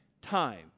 time